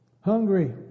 hungry